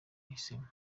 ahisemo